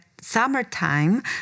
summertime